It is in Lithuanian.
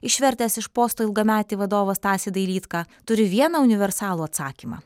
išvertęs iš posto ilgametį vadovą stasį dailydką turi vieną universalų atsakymą